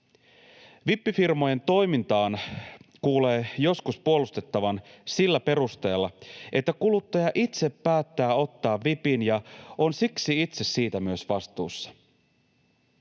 Vippifirmojen toimintaa kuulee joskus puolustettavan sillä perusteella, että kuluttaja itse päättää ottaa vipin ja on siksi itse siitä myös vastuussa.